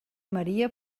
maria